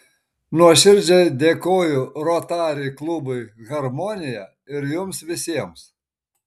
nuoširdžiai dėkoju rotary klubui harmonija ir jums visiems